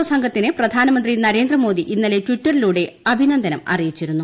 O സംഘത്തിന് പ്രധാനമന്ത്രി നരേന്ദ്രമോദി ഇന്നലെ ട്ടിറ്ററിലൂടെ അഭിനന്ദനം അറിയിച്ചിരുന്നു